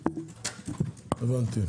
הבנתי.